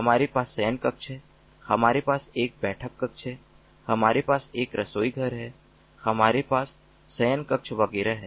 हमारे पास शयनकक्ष हैं हमारे पास एक बैठककक्ष है हमारे पास एक रसोईघर है हमारे पास शयनकक्ष वगैरह हैं